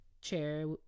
chair